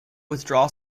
withdraw